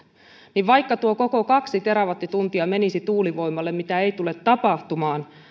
niin vaikka tuo koko kaksi terawattituntia menisi tuulivoimalle mitä ei tule tapahtumaan